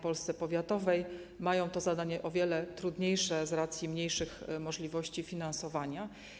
Polsce powiatowej mają to zadanie o wiele trudniejsze z racji mniejszych możliwości finansowania.